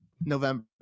November